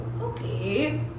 okay